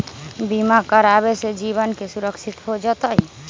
बीमा करावे से जीवन के सुरक्षित हो जतई?